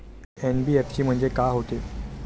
NBFC म्हणजे का होते?